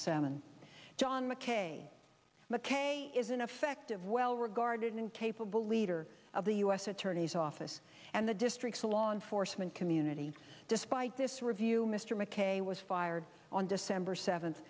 seven john mckay mckay is an effective well regarded and capable leader of the u s attorney's office and the district's law enforcement community despite this review mr mckay was fired on december seventh